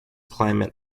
climate